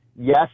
Yes